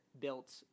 built